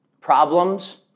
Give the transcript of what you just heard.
Problems